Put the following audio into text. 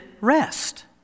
Rest